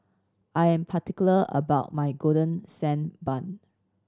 I am particular about my Golden Sand Bun